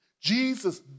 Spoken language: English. Jesus